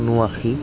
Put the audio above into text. ঊনাশী